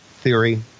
theory